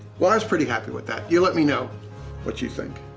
was pretty happy with that. you let me know what you think.